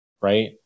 right